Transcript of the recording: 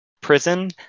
prison